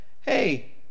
hey